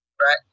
Right